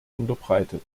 unterbreitet